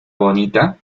bonita